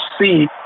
see